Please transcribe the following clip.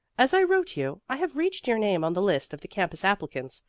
as i wrote you, i have reached your name on the list of the campus applicants,